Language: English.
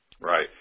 Right